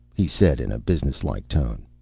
he said in a businesslike tone.